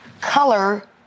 color